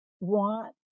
want